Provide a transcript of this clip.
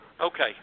Okay